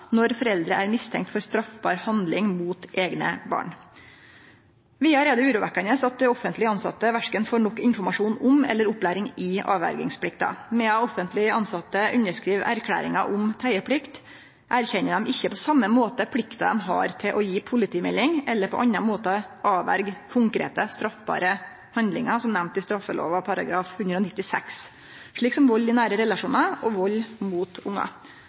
når foreldre er mistenkt for straffbar handling mot egne barn.» Vidare er det urovekkjande at offentleg tilsette verken får nok informasjon om, eller opplæring i, avverjingsplikta. Medan offentleg tilsette underskriv erklæringar om teieplikt, erkjenner dei ikkje på same måte plikta dei har til å gje politimelding eller på annan måte avverje konkrete straffbare handlingar, som nemnt i straffelova § 196, slik som vald i nære relasjonar og vald mot ungar.